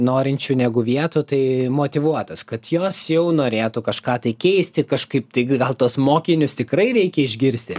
norinčių negu vietų tai motyvuotas kad jos jau norėtų kažką tai keisti kažkaip tai gal tuos mokinius tikrai reikia išgirsti